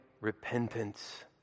repentance